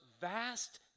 vast